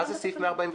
מה זה סעיף 142?